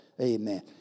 Amen